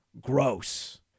Gross